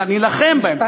נילחם בהן, משפט סיום.